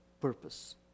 purpose